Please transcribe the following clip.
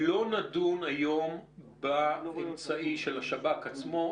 לא נדון היום באמצעי של השב"כ עצמו,